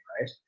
right